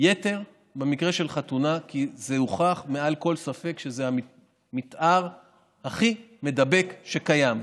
יתר במקרה של חתונה כי הוכח מעל לכל ספק שזה המתאר הכי מידבק שקיים.